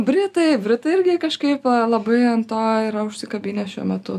britai britai irgi kažkaip labai ant to yra užsikabinę šiuo metu